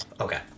Okay